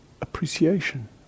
appreciation